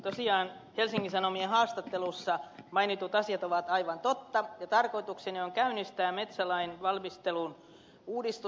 tosiaan helsingin sanomien haastattelussa mainitut asiat ovat aivan totta ja tarkoitukseni on käynnistää metsälain valmistelun uudistus